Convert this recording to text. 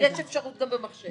יש אפשרות גם במחשב.